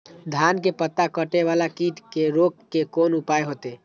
धान के पत्ता कटे वाला कीट के रोक के कोन उपाय होते?